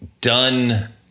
done